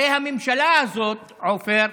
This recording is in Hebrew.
הרי הממשלה הזאת, עופר,